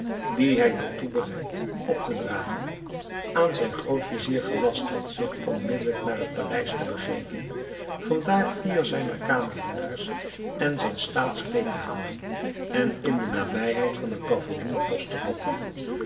dien hij had toebereid op te dragen aan zijn groot-vizier gelast had zich onmiddelijk naar het paleis te begeven van daar vier zijner kamerdienaars en zijn staatskleed te halen en in de nabijheid van het pavilloen post te vatten